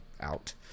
out